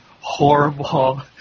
Horrible